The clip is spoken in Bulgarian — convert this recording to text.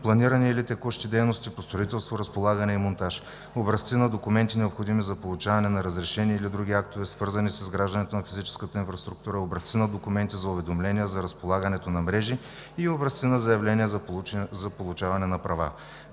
планиране или текущи дейности по строителството; разполагане и монтаж, образци на документи, необходими за получаване на разрешения или други актове, свързани с изграждането на физическата инфраструктура; образци на документи за уведомления, за разполагането на мрежи и образци на заявления за получаване на права,